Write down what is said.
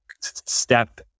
step